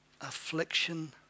affliction